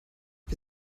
wir